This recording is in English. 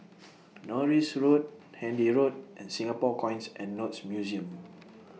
Norris Road Handy Road and Singapore Coins and Notes Museum